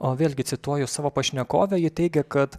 o vėlgi cituoju savo pašnekovę ji teigia kad